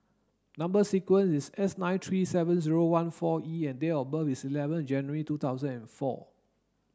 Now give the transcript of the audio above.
number sequence is S nine three seven zero one four E and date of birth is eleven January two thousand and four